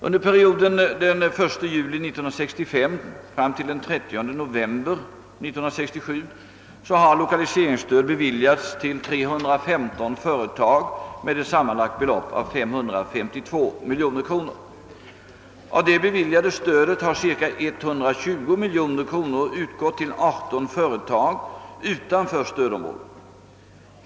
Under perioden 1 juli 1965—30 november 1967 har lokaliseringsstöd beviljats till 315 företag med ett sammanlagt belopp av 552 miljoner kronor. Av det beviljade stödet har cirka 120 miljoner kronor utgått till 18 företag utanför stödområdet.